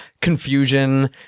confusion